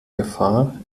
gefahr